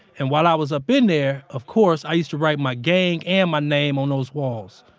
and while i was up in there, of course i used to write my gang and my name on those walls.